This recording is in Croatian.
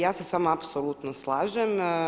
Ja se s vama apsolutno slažem.